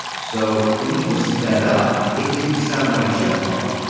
so when he was sped up, it didn't sound like a chipmunk.